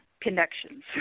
connections